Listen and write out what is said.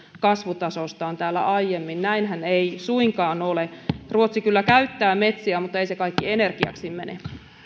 kasvutasostaan näinhän ei suinkaan ole ruotsi kyllä käyttää metsiä mutta ei se kaikki energiaksi mene